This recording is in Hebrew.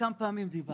כמה פעמים דיברנו?